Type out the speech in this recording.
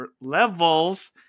levels